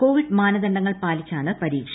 Covid മാനദണ്ഡങ്ങൾ പാലിച്ചാണ് പരീക്ഷ